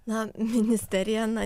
na ministerija na